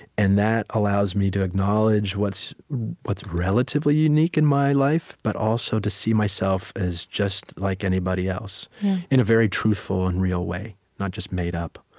and that allows me to acknowledge what's what's relatively unique in my life, but also to see myself as just like anybody else in a very truthful and real way, not just made up.